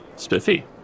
spiffy